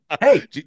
Hey